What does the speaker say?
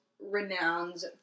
renowned